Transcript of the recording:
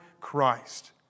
Christ